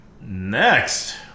Next